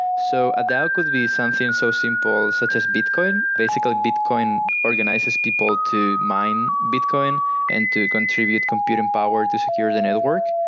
so a dao could be something so simple such as bitcoin. basically, bitcoin organizes people to mine bitcoin and to contribute computing power to secure the network.